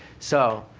so,